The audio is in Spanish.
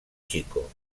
chico